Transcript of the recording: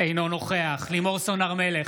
אינו נוכח לימור סון הר מלך,